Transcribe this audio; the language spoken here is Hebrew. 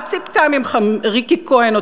מה ציפתה ממך ריקי כהן,